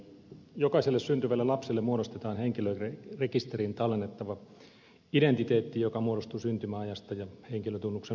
jokaiselle syntyvälle lapselle muodostetaan henkilörekisteriin tallennettava identiteetti joka muodostuu syntymäajasta ja henkilötunnuksen loppuosasta